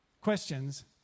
questions